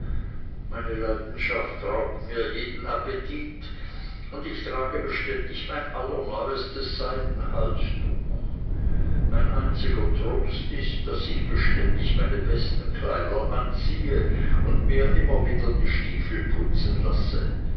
meine leidenschaft raubt mir jeden appetit und ich trage beständig mein allerneuestes seidenhalstuch mein einziger trost ist daß ich beständig meine besten kleider anziehe und mir immer wieder die stiefel putzen lasse